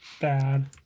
Bad